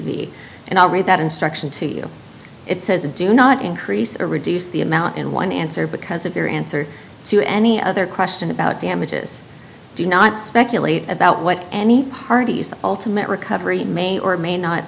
v and i'll read that instruction to you it says do not increase or reduce the amount in one answer because of your answer to any other question about damages do not speculate about what any party's ultimate recovery may or may not